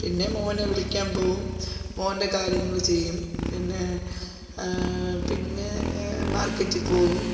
പിന്നെ മോനെ വിളിക്കാൻ പോകും മോൻ്റെ കാര്യങ്ങൾ ചെയ്യും പിന്നെ പിന്നെ മാർക്കറ്റിൽ പോകും